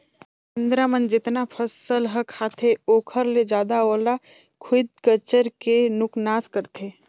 बेंदरा मन जेतना फसल ह खाते ओखर ले जादा ओला खुईद कचर के नुकनास करथे